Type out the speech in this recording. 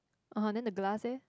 orh then the glass eh